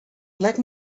let